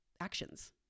Actions